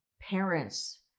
parents